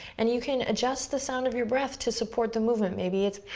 and you can adjust the sound of your breath to support the movement. maybe it's